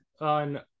on